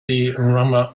rama